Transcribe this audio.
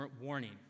warning